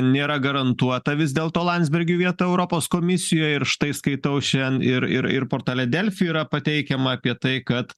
nėra garantuota vis dėlto landsbergiui vieta europos komisijoj ir štai skaitau šian ir ir ir portale delfi yra pateikiama apie tai kad